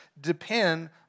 depend